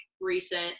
recent